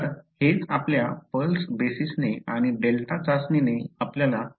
तर हेच आपल्या पल्स बेसिसने आणि डेल्टा चाचणीने आपल्या समीकरणात केले आहे